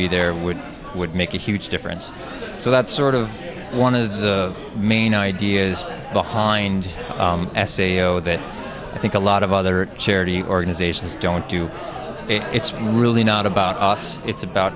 be there would would make a huge difference so that sort of one of the main ideas behind essay zero that i think a lot of other charity organizations don't do it's really not about us it's about